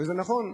וזה נכון.